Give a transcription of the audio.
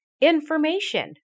information